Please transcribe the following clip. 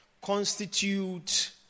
constitute